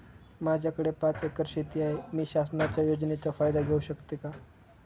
माझ्याकडे पाच एकर शेती आहे, मी शासनाच्या योजनेचा फायदा घेऊ शकते का?